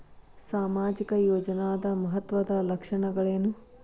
ಸಾಮಾಜಿಕ ಯೋಜನಾದ ಮಹತ್ವದ್ದ ಲಕ್ಷಣಗಳೇನು?